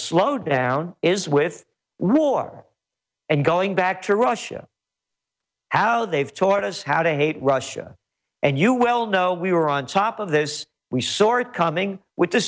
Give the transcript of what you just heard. slowdown is with war and going back to russia how they've taught us how to hate russia and you well know we were on top of this we sort coming with th